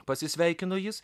pasisveikino jis